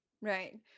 Right